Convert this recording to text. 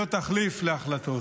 להיות תחליף להחלטות?